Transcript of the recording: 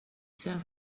saint